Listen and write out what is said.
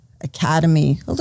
academy